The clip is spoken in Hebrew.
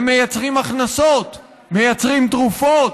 הם מייצרים הכנסות, מייצרים תרופות,